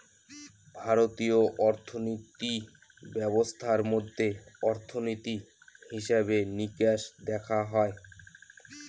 ভারতীয় অর্থিনীতি ব্যবস্থার মধ্যে অর্থনীতি, হিসেবে নিকেশ দেখা হয়